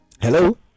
Hello